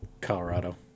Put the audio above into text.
colorado